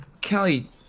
Kelly